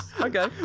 Okay